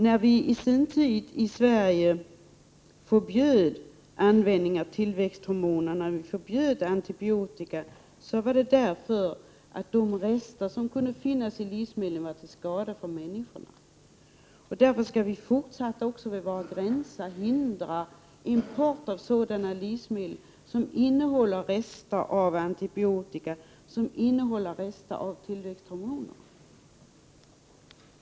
När vi en gång i tiden i Sverige förbjöd användningen av tillväxthormoner och antibiotika var det därför att de rester som kan finnas i livsmedlen var till skada för människor. På denna grund bör vi också vid våra gränser hindra import av livsmedel som innehåller rester av antibiotika och tillväxthormoner.